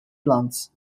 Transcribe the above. plants